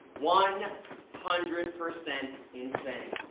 one hundred percent insane.